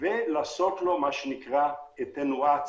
ולעשות לו אטנואציה,